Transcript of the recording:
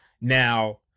Now